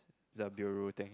the bureau thing